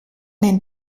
den